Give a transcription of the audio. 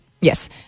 Yes